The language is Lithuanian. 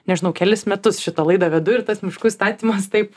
nežinau kelis metus šitą laidą vedu ir tas miškų įstatymas taip